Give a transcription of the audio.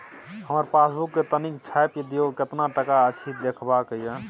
हमर पासबुक के तनिक छाय्प दियो, केतना टका अछि देखबाक ये?